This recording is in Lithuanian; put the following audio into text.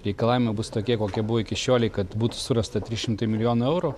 reikalavimai bus tokie kokie buvo iki šiolei kad būtų surasta trys šimtai milijonų eurų